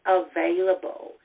available